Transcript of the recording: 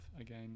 Again